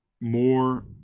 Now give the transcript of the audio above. more